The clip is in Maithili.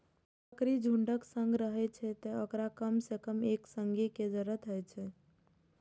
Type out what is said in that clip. बकरी झुंडक संग रहै छै, तें ओकरा कम सं कम एक संगी के जरूरत होइ छै